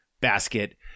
basket